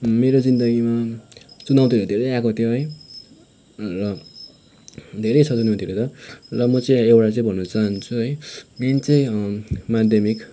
मेरो जिन्दगीमा चुनौतीहरू धेरै आएको थियो है र धेरै र म चाहिँ एउटा चाहिँ भन्न चाहन्छु है मेन चाहिँ माध्यमिक